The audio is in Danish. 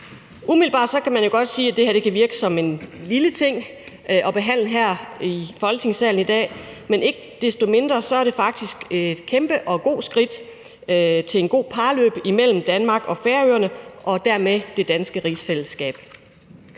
Umiddelbart kan man godt sige, at det her kan virke som en lille ting at behandle her i Folketingssalen i dag, men ikke desto mindre er det faktisk et kæmpeskridt mod et godt parløb mellem Danmark og Færøerne og dermed det danske rigsfællesskab.